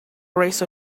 rest